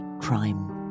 Crime